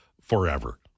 forever